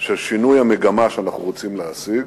של שינוי המגמה שאנחנו רוצים להשיג.